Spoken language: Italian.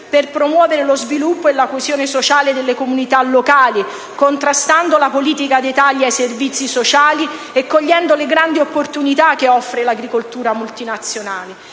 per promuovere lo sviluppo e la coesione sociale delle comunità locali, contrastando così la politica dei tagli ai servizi sociali e cogliendo le grandi opportunità che offre l'agricoltura multifunzionale.